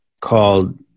called